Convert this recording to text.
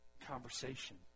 conversation